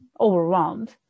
overwhelmed